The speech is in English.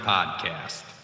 Podcast